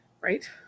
Right